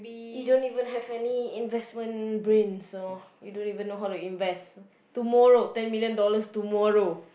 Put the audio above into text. you don't even have any investment brain so you don't even know how to invest tomorrow ten million dollars tomorrow